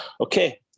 Okay